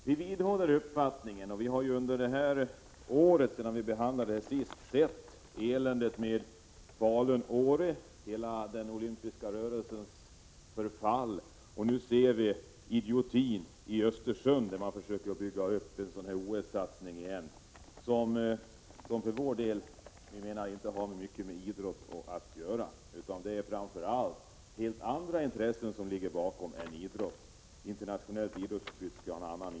Sedan vi behandlade den här frågan senast har vi fått ta del av eländet kring den tänkta vinterolympiaden i Falun och Åre, den olympiska rörelsens förfall, och nu ser vi den idioti som det innebär att försöka göra en OS-satsning i Östersund. Vi anser att den satsningen inte har mycket med idrott att göra, utan helt andra intressen ligger bakom. Internationellt idrottsutbyte skall ha en annan inriktning.